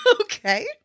Okay